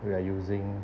we are using